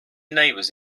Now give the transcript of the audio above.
neighbors